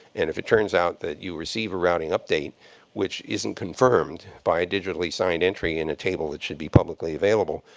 and if it turns out that you received a routing update which isn't confirmed by a digitally signed entry in a table that should be publicly available,